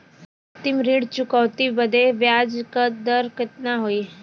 अंतिम ऋण चुकौती बदे ब्याज दर कितना होई?